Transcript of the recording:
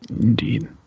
Indeed